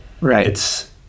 right